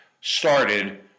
started